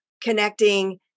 connecting